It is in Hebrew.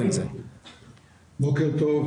בוקר טוב.